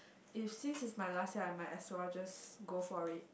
if since it's my last year I might as well just go for it